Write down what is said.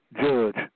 judge